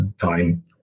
time